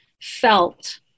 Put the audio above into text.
felt